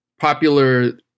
popular